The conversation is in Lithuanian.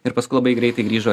ir paskui labai greitai grįžo